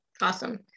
awesome